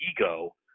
ego